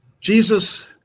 Jesus